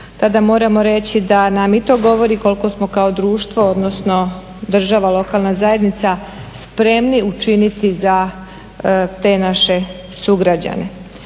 tada moramo reći da nam i to govori koliko smo kao društvo, odnosno država, lokalna zajednica spremni učiniti za te naše sugrađane.